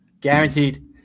guaranteed